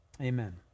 Amen